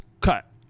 cut